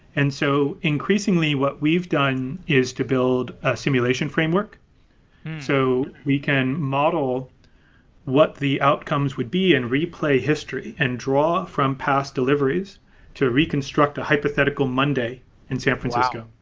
and so increasingly, what we've done, is to build a simulation framework so we can model what the outcomes would be and replay history and draw from past deliveries to reconstruct the a hypothetical monday in san francisco